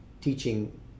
teaching